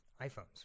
iPhones